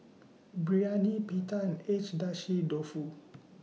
Biryani Pita and Agedashi Dofu